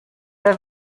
der